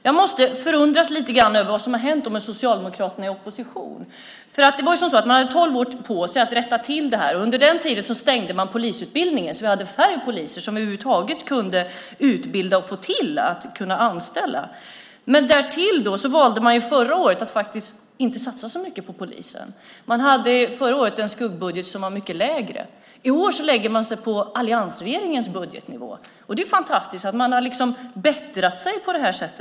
Jag förundras lite grann över vad som har hänt med Socialdemokraterna i opposition. De hade tolv år på sig att rätta till detta. Under den tiden stängde de polisutbildningen, så att det blev färre poliser som över huvud taget kunde utbildas och anställas. Men därtill valde de förra året att faktiskt inte satsa så mycket på polisen. Förra året var Socialdemokraternas skuggbudget mycket mindre. I år lägger sig Socialdemokraterna på alliansregeringens budgetnivå. Det är fantastiskt att de har bättrat sig på detta sätt.